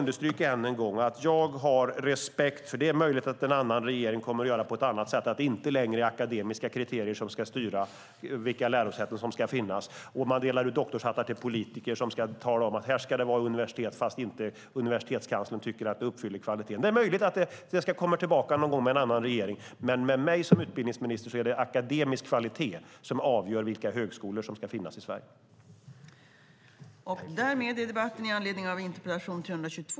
Det är möjligt att en annan regering kommer att göra på ett annat sätt och att det inte längre kommer att vara akademiska kriterier som ska styra vilka lärosäten som ska finnas och att man delar ut doktorshattar till politiker som ska tala om vilka högskolor som ska vara universitet trots att universitetskanslern inte anser att kvaliteten uppfylls. Det är möjligt att detta kommer tillbaka någon gång med en annan regering. Men med mig som utbildningsminister är det akademisk kvalitet som avgör vilka högskolor som ska finnas i Sverige.